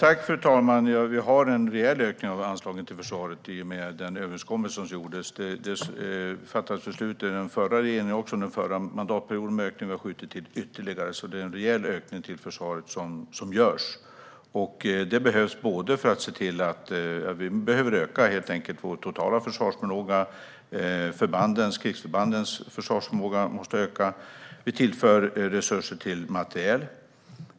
Fru talman! Vi gör en rejäl ökning av anslagen till försvaret i och med den överenskommelse som gjordes. Det fattades beslut av förra regeringen under förra mandatperioden, och nu har vi skjutit till ytterligare. Det görs alltså en rejäl ökning av anslagen till försvaret. Vi behöver öka vår totala försvarsförmåga. Krigsförbandens försvarsförmåga måste öka. Vi tillför resurser till materiel.